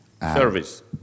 Service